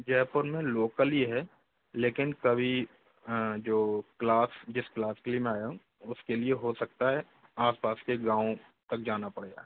जयपुर में लोकल ही है लेकिन कभी जो क्लास जिस क्लास के लिए मैं आया हूँ उसके लिए हो सकता है आप पास के गाँव तक जाना पड़ जाए